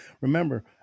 Remember